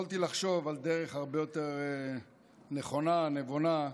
יכולתי לחשוב על דרך הרבה יותר נכונה, נבונה,